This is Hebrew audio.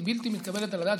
היא בלתי מתקבלת על הדעת,